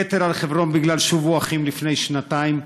כתר על חברון בגלל "שובו אחים" לפני שנתיים,